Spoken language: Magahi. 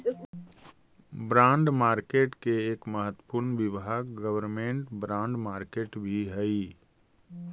बॉन्ड मार्केट के एक महत्वपूर्ण विभाग गवर्नमेंट बॉन्ड मार्केट भी हइ